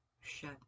shut